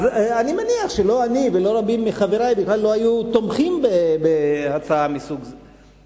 אז אני מניח שלא אני ולא רבים מחברי היו בכלל תומכים בהצעה מסוג זה.